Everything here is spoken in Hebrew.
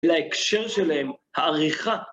להקשר שלהם, העריכה.